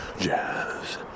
jazz